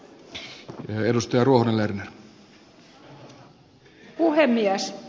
arvoisa puhemies